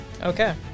Okay